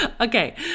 Okay